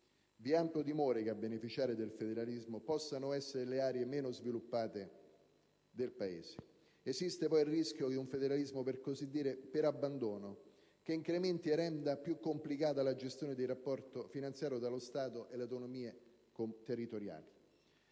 Vi è ampio timore che a beneficiare del federalismo possano essere le aree meno sviluppate del Paese. Esiste poi il rischio di un federalismo «per abbandono», che incrementi e renda più complicata la gestione dei rapporti finanziari tra lo Stato e le autonomie territoriali.